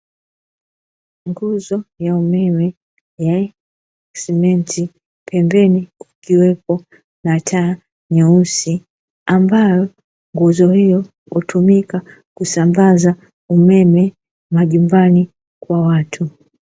Nguzo ya umeme ya simenti pembeni kuliwepo na taa nyeusi ambayo nguzo hiyo hutumika kusambaza umeme majumbani kwa watu.